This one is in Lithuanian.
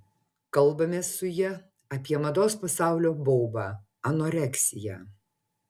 kalbamės su ja apie mados pasaulio baubą anoreksiją